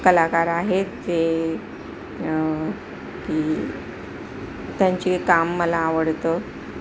कलाकार आहेत जे की त्यांचे काम मला आवडतं